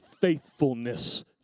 faithfulness